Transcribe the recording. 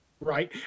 Right